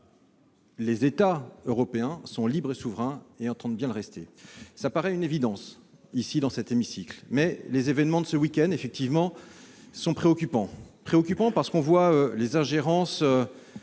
Les États européens sont libres et souverains, et ils entendent bien le rester. Cela paraît une évidence, ici dans cet hémicycle, mais les événements de ce week-end, effectivement, sont préoccupants. Préoccupants, parce que l'on voit les ingérences